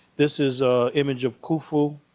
this is a image of khufu.